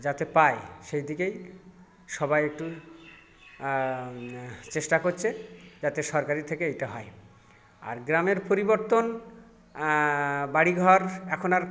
যাতে পাই সেই দিকেই সবাই একটু চেষ্টা কচ্ছে যাতে সরকারি থেকে এটা হয় আর গ্রামের পরিবর্তন বাড়ি ঘর এখন আর